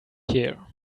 here